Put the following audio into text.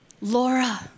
Laura